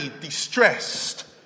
distressed